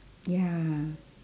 ya